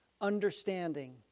understanding